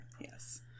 Yes